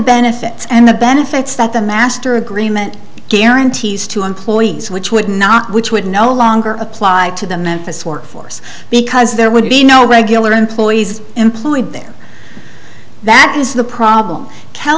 benefits and the benefits that the master agreement guarantees to employers which would not which would no longer apply to the memphis workforce because there would be no regular employees employed there that is the problem